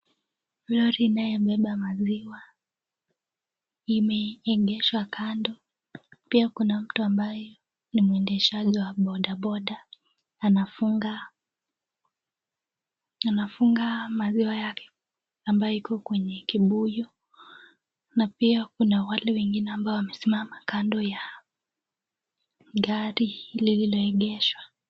Lori linalobeba maziwa imeegeshwa kando. Pia kuna mtu ambaye ni mwendeshaji wa bodaboda anafunga anafunga maziwa yake ambayo iko kwenye kibuyu na pia kuna wale wengine ambao wamesimama kando ya gari lililoegeshwa.